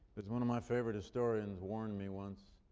as one of my favorite historians warned me once,